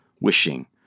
wishing